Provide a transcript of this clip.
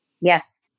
Yes